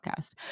podcast